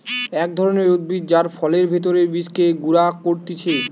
এক ধরণকার উদ্ভিদ যার ফলের ভেতরের বীজকে গুঁড়া করতিছে